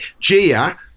Gia